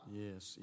yes